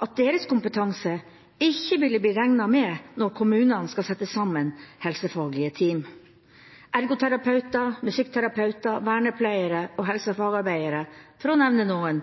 at deres kompetanse ikke ville bli regnet med når kommunene skal sette sammen helsefaglige team. Ergoterapeuter, musikkterapeuter, vernepleiere og helsefagarbeidere, for å nevne noen,